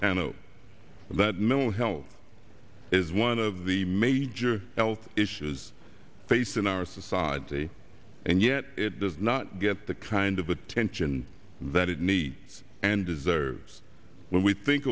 and that mental health is one of the major health issues facing our society and yet it does not get the kind of attention that it needs and deserves when we think